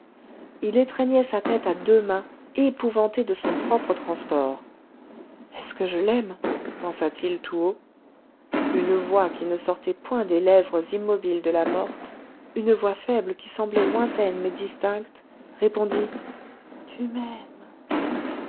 il étreignait sa tête à deux mains épouvanté de son propre transport est-ce que je l'aime pensa-t-il tout haut une voix qui ne sortait point des lèvres immobiles de la morte une voix faible qui semblait lointaine mais distincte répondit tu m'aimes